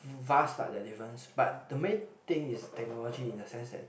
vast lah their difference but the main thing is technology in a sense that